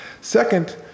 Second